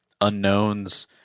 unknowns